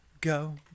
go